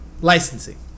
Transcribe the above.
licensing